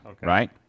right